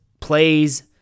plays